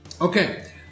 Okay